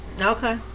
Okay